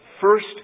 first